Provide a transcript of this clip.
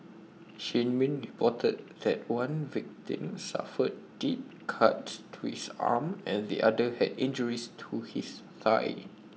shin min reported that one victim suffered deep cuts to his arm and the other had injuries to his thigh